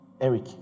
Eric